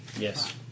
Yes